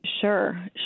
Sure